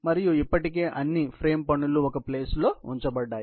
మరియు ఇప్పటికే అన్ని ఫ్రేమ్ పనులు ఒక ప్లేస్ లో ఉంచబడ్డాయి